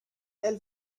elle